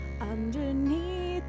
underneath